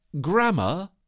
grammar